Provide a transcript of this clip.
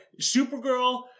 Supergirl